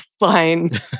line